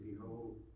Behold